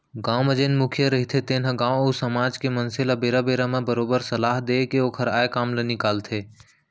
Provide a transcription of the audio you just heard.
गाँव म जेन मुखिया रहिथे तेन ह गाँव अउ समाज के मनसे ल बेरा बेरा म बरोबर सलाह देय के ओखर आय काम ल निकालथे